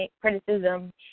criticism